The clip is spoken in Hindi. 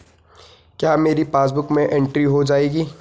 क्या मेरी पासबुक में एंट्री हो जाएगी?